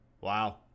Wow